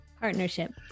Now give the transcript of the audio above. partnership